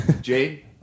Jade